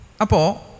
Apo